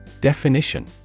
Definition